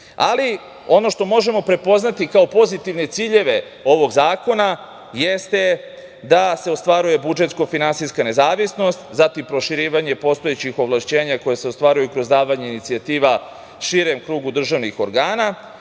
što možemo prepoznati kao pozitivne ciljeve ovog zakona jeste da se ostvaruje budžetsko-finansijska nezavisnost, zatim proširivanje postojećih ovlašćenja koja se ostvaruju kroz davanje inicijativa širem krugu državnih organa,